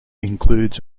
includes